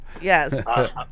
Yes